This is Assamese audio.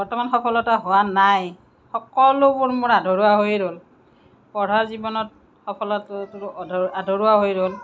বৰ্তমান সফলতা হোৱা নাই সকলোবোৰ মোৰ আধৰুৱা হৈয়ে ৰ'ল পঢ়া জীৱনত সফলতা আধৰুৱা হৈ ৰ'ল